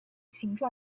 形状